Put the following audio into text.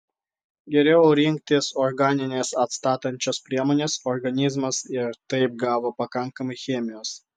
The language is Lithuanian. geriau rinktis organines atstatančias priemones organizmas ir taip gavo pakankamai chemijos